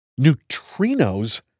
Neutrinos